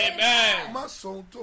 Amen